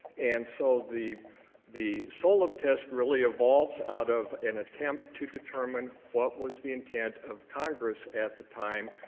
and so the the solem test really evolves out of an attempt to determine what was the intent of congress at the time,